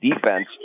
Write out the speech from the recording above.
defense